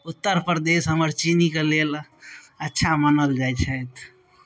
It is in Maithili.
उत्तर परदेश हमर चीनीके लेल अच्छा मानल जाइ छथि